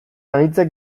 anitzek